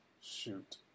shoot